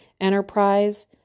Enterprise